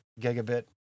gigabit